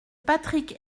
patrick